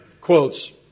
quotes